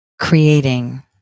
creating